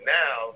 now